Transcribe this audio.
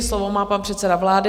Slovo má pan předseda vlády.